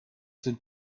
sind